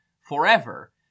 forever